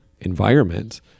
environment